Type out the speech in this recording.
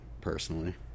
personally